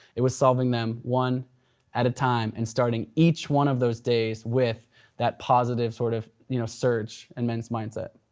it was solving them one at a time and starting each one of those days with that positive sort of you know surge in my mindset.